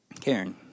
Karen